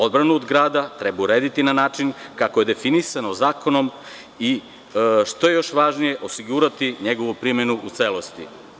Odbranu od grada treba urediti na način kako je definisano zakonom i, što je još važnije, osigurati njegovu primenu u celosti.